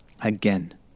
Again